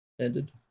ended